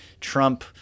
Trump